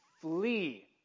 flee